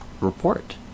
report